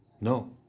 No